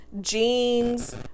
jeans